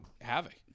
havoc